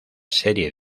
serie